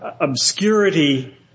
obscurity